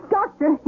Doctor